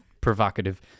provocative